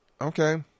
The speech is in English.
Okay